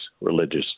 religious